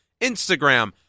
Instagram